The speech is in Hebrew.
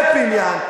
ופיניאן,